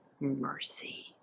mercy